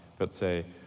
but say